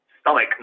stomach